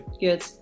good